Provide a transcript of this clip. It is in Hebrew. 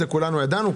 כולנו ידענו,